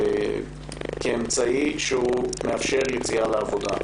לקבל שירות במעונות יום כאמצעי שמאפשר יציאה לעבודה.